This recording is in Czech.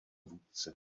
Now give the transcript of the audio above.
vůdce